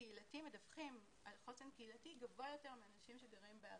מדווחים על חוסן קהילתי גבוה יותר מאנשים שגרים בערים.